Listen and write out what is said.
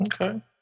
Okay